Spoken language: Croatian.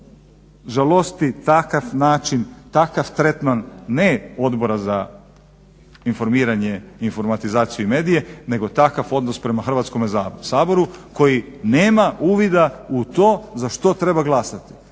žalosti takav način, takav tretman ne Odbora za informiranje, informatizaciju i medije nego takav odnos prema Hrvatskome saboru koji nema uvida u to za što treba glasati.